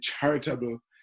charitable